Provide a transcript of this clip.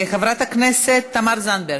חברת הכנסת תמר זנדברג.